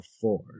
four